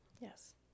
Yes